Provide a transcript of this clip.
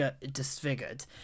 disfigured